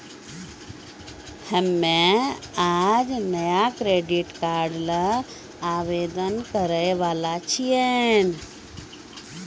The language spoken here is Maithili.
हम्मे आज नया क्रेडिट कार्ड ल आवेदन करै वाला छियौन